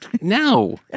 no